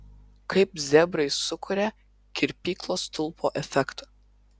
kaip zebrai sukuria kirpyklos stulpo efektą